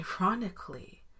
ironically